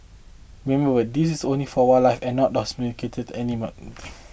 remember this is only for wildlife and not domesticated animals